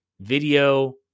video